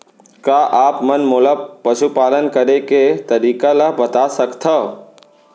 का आप मन मोला पशुपालन करे के तरीका ल बता सकथव?